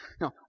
No